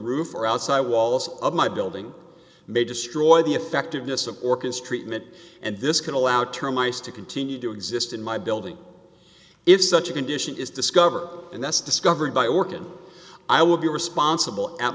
roof or outside walls of my building may destroy the effectiveness of orcus treatment and this can allow termites to continue to exist in my building if such a condition is discovered and that's discovered by work and i will be responsible at